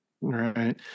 Right